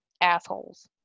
Assholes